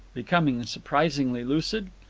becoming surprisingly lucid.